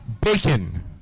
bacon